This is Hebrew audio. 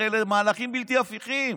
הרי אלה מהלכים בלתי הפיכים.